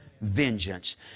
vengeance